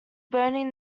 burning